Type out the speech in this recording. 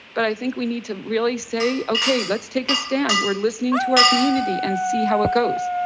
but i think we need to really say, okay, let's take a stand. we're listening to our community and see how it goes.